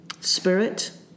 spirit